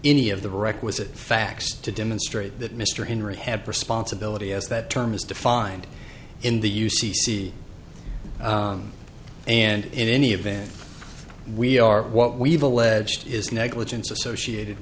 any of the requisite facts to demonstrate that mr henry have responsibility as that term is defined in the u c c and in any event we are what we've alleged is negligence associated